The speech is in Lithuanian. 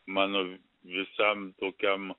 mano visam tokiam